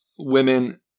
Women